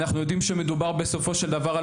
אנחנו יודעים שמדובר בסופו של דבר על